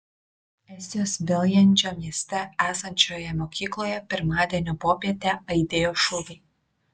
estijos viljandžio mieste esančioje mokykloje pirmadienio popietę aidėjo šūviai